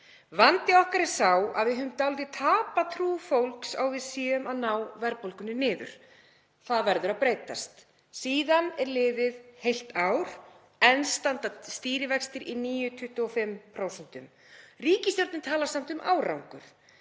„Vandi okkar er sá að við höfum dálítið tapað trú fólks á að við náum verðbólgunni niður. Það verður að breytast.“ Síðan er liðið heilt ár. Enn standa stýrivextir í 9,25%. Ríkisstjórnin talar samt um árangur